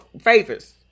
favors